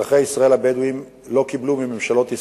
אזרחי ישראל הבדואים לא קיבלו מממשלות ישראל,